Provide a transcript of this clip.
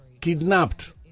kidnapped